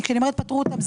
כשאני אומרת פטרו אותם,